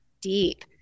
deep